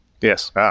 Yes